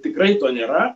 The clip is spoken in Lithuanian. tikrai to nėra